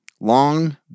long